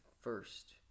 first